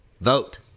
Vote